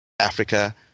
Africa